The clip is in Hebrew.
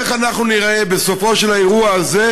איך אנחנו ניראה בסופו של האירוע הזה,